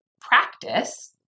practice